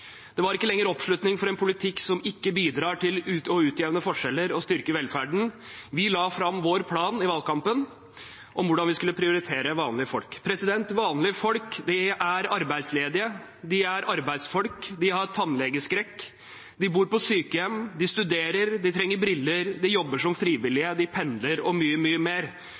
Det var ikke lenger oppslutning om en politikk som ikke bidrar til å utjevne forskjeller og styrke velferden. Vi la fram vår plan i valgkampen om hvordan vi skulle prioritere vanlige folk. Vanlige folk er arbeidsledige, de er arbeidsfolk, de har tannlegeskrekk, de bor på sykehjem, de studerer, de trenger briller, de jobber som frivillige, de pendler og mye, mye mer.